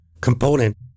component